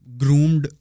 groomed